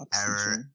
error